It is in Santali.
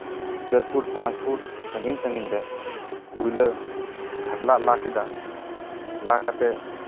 ᱪᱟᱹᱨ ᱯᱷᱩᱴ ᱯᱟᱸᱪ ᱯᱷᱩᱴ ᱥᱟᱺᱜᱤᱧ ᱥᱟᱺᱜᱤᱧ ᱨᱮ ᱯᱳᱭᱞᱳ ᱜᱷᱟᱰᱞᱟᱜ ᱞᱟ ᱠᱮᱫᱟ ᱞᱟ ᱠᱟᱛᱮ